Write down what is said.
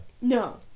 No